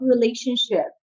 relationship